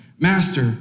Master